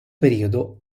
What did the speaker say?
periodo